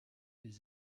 les